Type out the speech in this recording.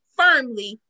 firmly